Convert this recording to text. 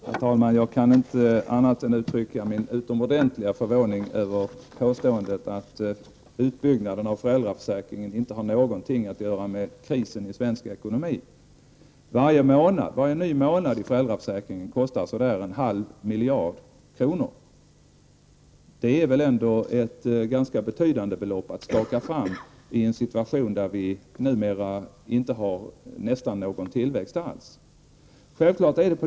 Herr talman! Jag kan inte annat än att uttrycka min utomordentliga förvåning över påståendet att utbyggnaden av föräldraförsäkringen inte har någonting att göra med krisen inom den svenska ekonomin. Varje ny månad i föräldraförsäkringen kostar så där en halv miljard kronor. Det är väl ändå ett ganska betydande belopp att skaka fram i den situation som nu råder, där vi nästan inte har någon tillväxt alls.